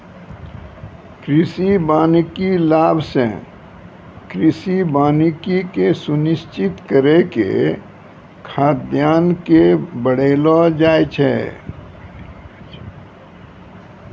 कृषि वानिकी लाभ से कृषि वानिकी के सुनिश्रित करी के खाद्यान्न के बड़ैलो जाय छै